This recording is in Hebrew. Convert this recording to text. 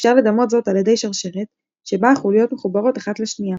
אפשר לדמות זאת על ידי שרשרת שבה החוליות מחוברות אחת לשנייה,